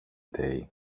dig